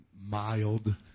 mild